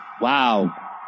Wow